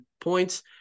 points